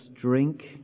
drink